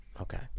okay